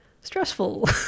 stressful